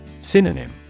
Synonym